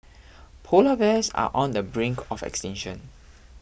Polar Bears are on the brink of extinction